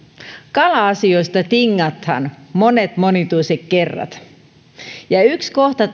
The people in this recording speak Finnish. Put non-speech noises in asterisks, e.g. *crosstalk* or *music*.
kala asioista tingataan monet monituiset kerrat yksi kohta *unintelligible*